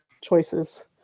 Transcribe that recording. choices